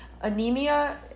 Anemia